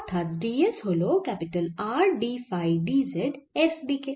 অর্থাৎ ds হল R d phi d z s দিকে